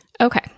Okay